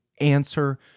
answer